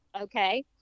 Okay